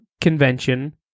convention